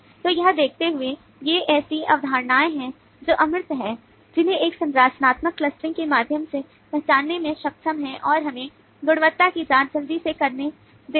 तो यह देखते हुए ये ऐसी अवधारणाएं हैं जो अमूर्त हैं जिन्हें हम संरचनात्मक clustering के माध्यम से पहचानने में सक्षम हैं और हमें गुणवत्ता की जांच जल्दी से करने देते हैं